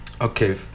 Okay